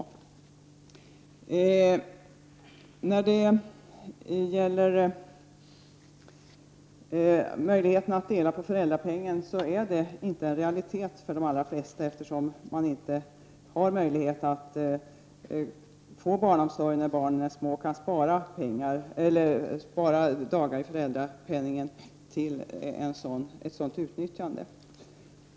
Möjligheten att dela på ledigheten med föräldrapenning är inte en realitet för de allra flesta, eftersom man inte har möjlighet att få barnomsorg när barnen är små och därför inte kan spara dagar med föräldrapenning för ett sådant utnyttjande.